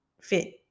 fit